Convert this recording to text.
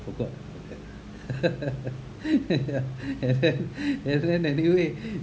forgot ya and then and then anyway